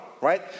Right